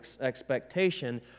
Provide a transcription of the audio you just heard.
expectation